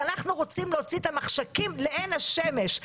ואנחנו רוצים להוציא את המחשכים לעין השמש.